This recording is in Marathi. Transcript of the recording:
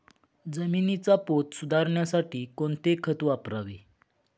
जमिनीचा पोत सुधारण्यासाठी कोणते खत वापरावे?